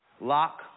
Lock